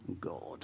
God